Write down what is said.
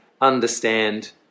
understand